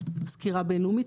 וסקירה בינלאומית.